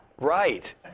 Right